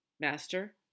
Master